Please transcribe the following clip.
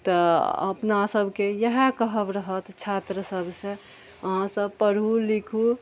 तऽ अपना सबके इएह कहब रहत छात्र सब सऽ अहाँ सब पढ़ू लिखू